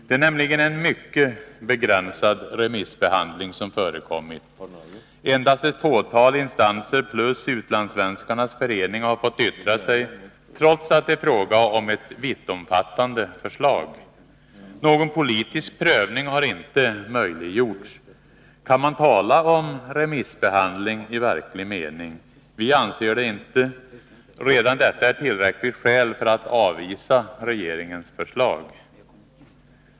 Det är nämligen en mycket begränsad remissbehandling som förekommit — endast ett fåtal instanser plus Utlandssvenskarnas förening har fått yttra sig, trots att det är fråga om ett vittomfattande förslag. Någon politisk prövning har inte möjliggjorts. Kan man tala om remissbehandling i verklig mening? Vi anser det inte. Redan detta är tillräckligt skäl för att avvisa regeringens förslag.